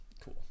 Cool